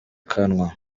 kanwa